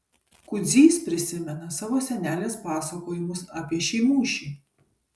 kudzys prisimena savo senelės pasakojimus apie šį mūšį